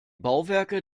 bauwerke